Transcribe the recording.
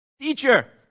teacher